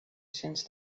since